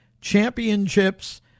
championships